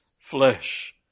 flesh